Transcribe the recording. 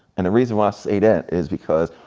and reason why i say that is because,